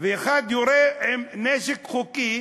ואחד יורה עם נשק חוקי,